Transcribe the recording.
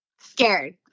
Scared